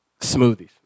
Smoothies